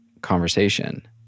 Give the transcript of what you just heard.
conversation